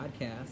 podcast